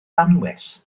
anwes